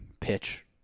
pitch